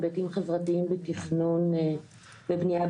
היבטים חברתיים ותכנון בבנייה,